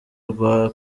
rwa